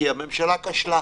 כי הממשלה כשלה,